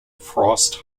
frost